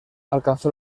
alcanzó